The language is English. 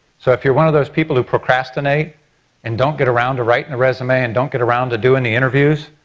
so if you're one of those people who procrastinate and don't get around to writing a resume and don't get around to doing the interviews,